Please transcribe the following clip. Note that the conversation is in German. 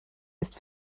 ist